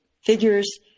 figures